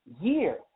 year